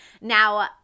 Now